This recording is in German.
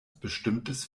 bestimmtes